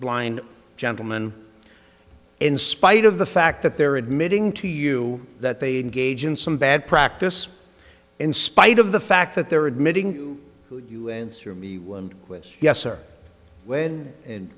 blind gentleman in spite of the fact that they're admitting to you that they engage in some bad practice in spite of the fact that they're admitting you could you answer me one question yes or when and